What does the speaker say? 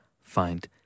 find